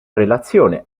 relazione